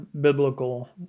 biblical